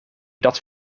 dat